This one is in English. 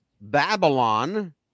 Babylon